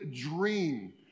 dream